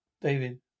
David